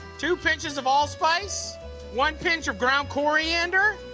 two pinches of allspice, one pinch of ground coriander.